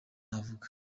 navuga